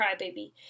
Crybaby